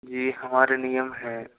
यह हमारे नियम हैं